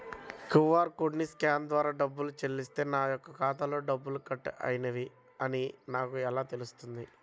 QR కోడ్ని scan ద్వారా డబ్బులు చెల్లిస్తే నా యొక్క ఖాతాలో డబ్బులు కట్ అయినవి అని నాకు ఎలా తెలుస్తుంది?